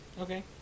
Okay